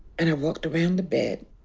and i walked around the bed,